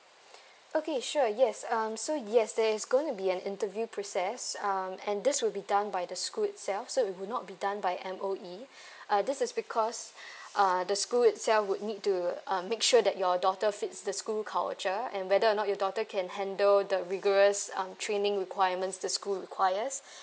okay sure yes um so yes there's going to be an interview process um and this will be done by the school itself so it would not be done by M_O_E uh this is because uh the school itself would need to um make sure that your daughter fits the school culture and whether or not your daughter can handle the rigorous um training requirements the school requires